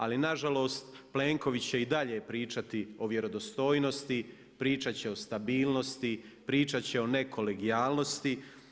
Ali nažalost Plenković će i dalje pričati o vjerodostojnosti, pričat će o stabilnosti, pričat će o nekolegijalnosti.